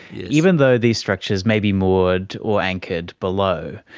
even though these structures may be moored or anchored below,